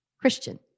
Christian